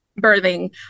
birthing